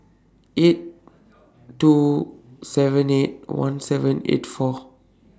eight two seven eight one seven eight four